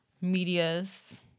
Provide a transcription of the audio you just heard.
Media's